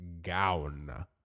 gown